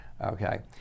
Okay